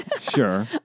sure